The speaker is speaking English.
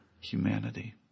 humanity